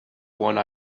one